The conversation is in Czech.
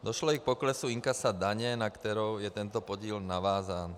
Došlo i k poklesu inkasa daně, na kterou je tento podíl navázán.